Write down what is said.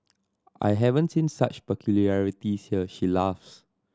I haven't seen such peculiarities here she laughs